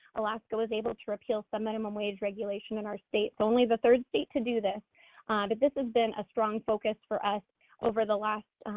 alaska was able to repeal some minimum wage regulation in our state, so only the third state to do this but this has been a strong focus for us over the last,